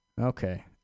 Okay